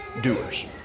doers